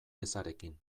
ezarekin